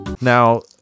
Now